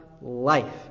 life